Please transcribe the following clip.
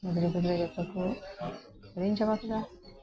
ᱜᱤᱫᱽᱨᱟᱹ ᱯᱤᱫᱽᱨᱟᱹ ᱡᱚᱛᱚ ᱠᱚ ᱦᱤᱲᱤᱧ ᱪᱟᱵᱟ ᱠᱮᱫᱟ